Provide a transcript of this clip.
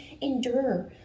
endure